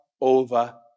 over